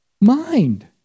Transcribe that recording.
mind